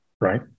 right